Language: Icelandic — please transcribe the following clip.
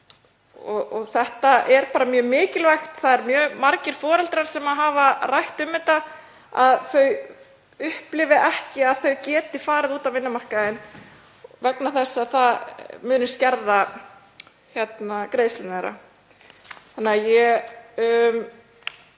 ekki. Það er bara mjög mikilvægt, það eru mjög margir foreldrar sem hafa rætt um að þau upplifi ekki að þau geti farið út á vinnumarkaðinn vegna þess að það muni skerða greiðslurnar. Þannig að ég